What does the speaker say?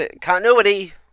Continuity